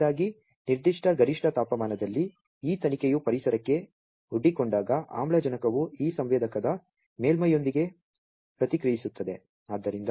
ಮೊದಲನೆಯದಾಗಿ ನಿರ್ದಿಷ್ಟ ಗರಿಷ್ಠ ತಾಪಮಾನದಲ್ಲಿ ಈ ತನಿಖೆಯು ಪರಿಸರಕ್ಕೆ ಒಡ್ಡಿಕೊಂಡಾಗ ಆಮ್ಲಜನಕವು ಈ ಸಂವೇದಕದ ಮೇಲ್ಮೈಯೊಂದಿಗೆ ಪ್ರತಿಕ್ರಿಯಿಸುತ್ತದೆ